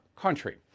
country